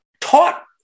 taught